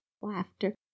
laughter